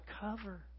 cover